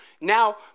now